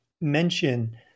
mention